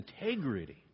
integrity